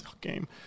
game